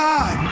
God